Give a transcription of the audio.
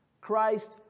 Christ